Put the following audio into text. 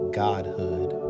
godhood